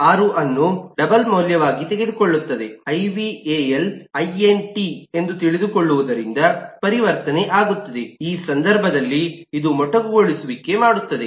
6 ಅನ್ನು ಡಬಲ್ ಮೌಲ್ಯವಾಗಿ ತೆಗೆದುಕೊಳ್ಳುತ್ತದೆ ಐವಲ್ಯು ಇಂಟ್ ಎಂದು ತಿಳಿದುಕೊಳ್ಳುವುದರಿಂದ ಪರಿವರ್ತನೆ ಆಗುತ್ತದೆ ಈ ಸಂದರ್ಭದಲ್ಲಿ ಇದು ಮೊಟಕುಗೊಳಿಸುವಿಕೆ ಮಾಡುತ್ತದೆ